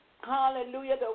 Hallelujah